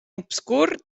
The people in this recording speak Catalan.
obscur